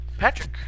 Patrick